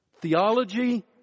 Theology